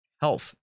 Health